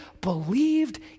believed